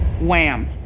wham